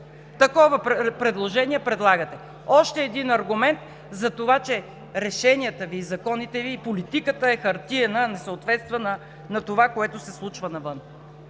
Такова предложение предлагате. Още един аргумент за това, че решенията Ви и законите Ви, и политиката е хартиена, а не съответства на това, което се случва навън